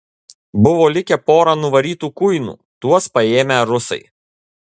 buvo likę pora nuvarytų kuinų tuos paėmę rusai